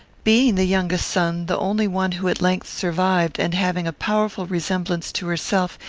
being the youngest son, the only one who at length survived, and having a powerful resemblance to herself,